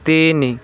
ତିନି